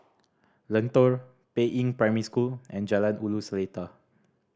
Lentor Peiying Primary School and Jalan Ulu Seletar